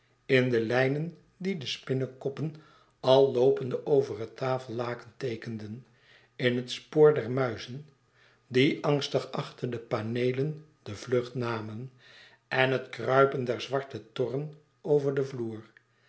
in de lijnen die de spinnekoppen al loopende over het tafellaken teekenden in het spoor der muizen die angstig achter de paneelen de v lucht namen en het kruipen der zwarte torren over den vloer